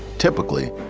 typically,